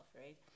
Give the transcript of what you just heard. right